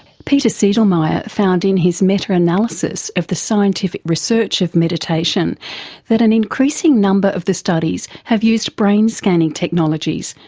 peter seidlmeier found in his meta-analysis of the scientific research of meditation that an increasing number of the studies have used brain scanning technologies,